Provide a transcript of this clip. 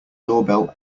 doorbell